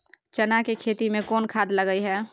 चना के खेती में कोन खाद लगे हैं?